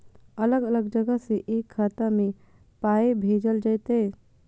अलग अलग जगह से एक खाता मे पाय भैजल जेततै?